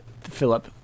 Philip